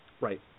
Right